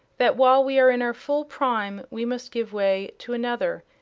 that while we are in our full prime we must give way to another,